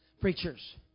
Preachers